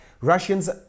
Russians